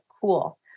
cool